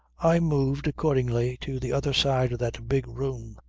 i moved accordingly to the other side of that big room.